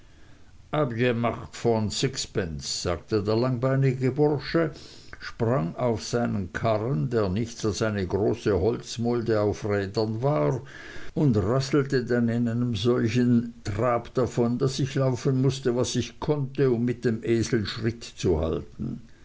n sixpence sagte der langbeinige bursche sprang auf seinen karren der nichts als eine große holzmulde auf rädern war und rasselte dann in solchem trab davon daß ich laufen mußte was ich konnte um mit dem esel schritt zu halten